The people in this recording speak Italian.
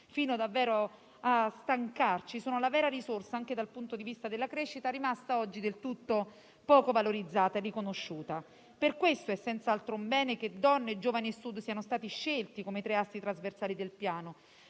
fino davvero a stancarci - sono la vera risorsa, anche dal punto di vista della crescita, rimasta oggi poco valorizzata e riconosciuta. Per questo è senz'altro un bene che donne, giovani e Sud siano stati scelti come i tre assi trasversali del Piano.